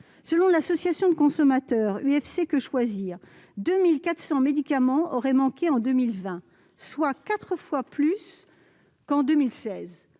Selon l'association de consommateurs UFC-Que Choisir, 2 400 médicaments auraient manqué en 2020, soit quatre fois plus qu'en 2016.